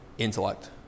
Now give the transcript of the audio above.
intellect